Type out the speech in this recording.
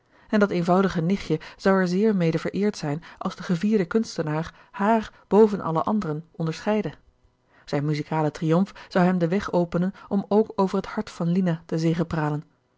en dat eenvoudige nichtje zou er zeer mede vereerd zijn als de gevierde kunstenaar haar boven alle anderen onderscheidde zijn musicale triomf zou hem den weg openen om ook over het hart van lina te